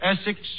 Essex